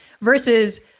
Versus